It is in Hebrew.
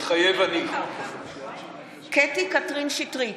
מתחייב אני קטי קטרין שטרית,